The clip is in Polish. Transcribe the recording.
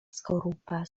skorupa